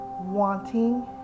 wanting